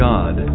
God